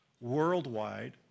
worldwide